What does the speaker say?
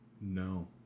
no